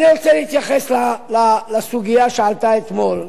אני רוצה להתייחס לסוגיה שעלתה אתמול,